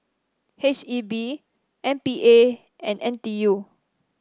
H E B M P A and N T U